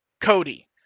Cody